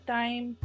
time